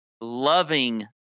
loving